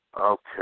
Okay